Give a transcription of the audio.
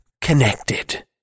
connected